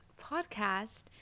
podcast